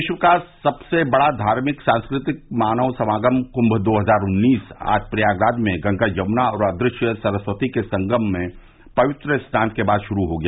विश्व का सबसे बड़ा धार्मिक सांस्कृतिक मानव समागम कुम्भ दो हजार उन्नीस आज प्रयागराज में गंगा यमुना और अदृश्य सरस्वती के संगम में पवित्र स्नान के बाद शुरू हो गया